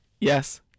Yes